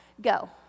Go